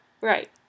right